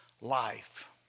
life